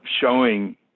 showing